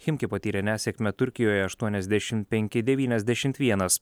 chimki patyrė nesėkmę turkijoje aštuoniasdešim penki devyniasdešimt vienas